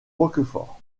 roquefort